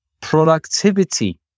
Productivity